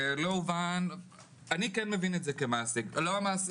אני מבין את זה כמעסיק.